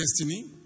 destiny